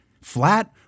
Flat